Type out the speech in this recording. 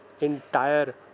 entire